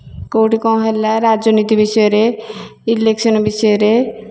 କେଉଁଠି କ'ଣ ହେଲା ରାଜନୀତି ବିଷୟରେ ଇଲେକ୍ସନ୍ ବିଷୟରେ